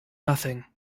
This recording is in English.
nothing